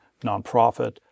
nonprofit